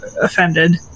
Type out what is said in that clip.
offended